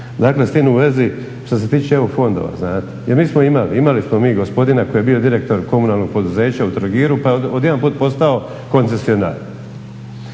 Dakle, s tim u vezi što se tiče EU fondova znate. Jer mi smo imali, imali smo mi gospodina koji je bio direktor komunalnog poduzeća u Trogiru pa je odjedanput postao koncesionar.